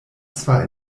zwar